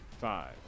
Five